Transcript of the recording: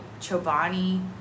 Chobani